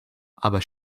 aber